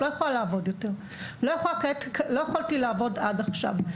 ואני לא יכולה לעבוד עד עכשיו.